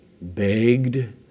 begged